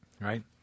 right